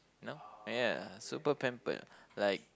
you know ya super pampered like